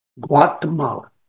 Guatemala